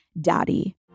daddy